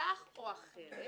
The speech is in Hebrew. כך או אחרת,